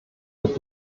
wird